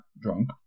drunk